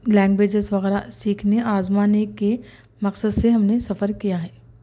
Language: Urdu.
لینگویجیز وغیرہ سیکھنے آزمانے کے مقصد سے ہم نے سفر کیا ہے